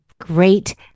great